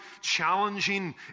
challenging